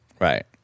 Right